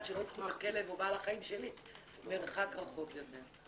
שלא ייקחו את הכלב או את בעלי החיים שלי מרחק רחוק יותר.